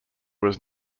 was